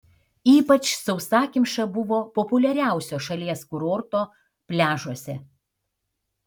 ypač sausakimša buvo populiariausio šalies kurorto pliažuose